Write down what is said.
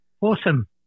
Awesome